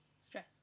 stress